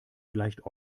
gleicht